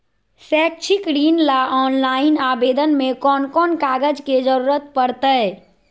शैक्षिक ऋण ला ऑनलाइन आवेदन में कौन कौन कागज के ज़रूरत पड़तई?